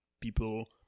people